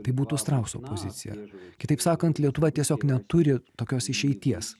tai būtų strauso pozicija kitaip sakant lietuva tiesiog neturi tokios išeities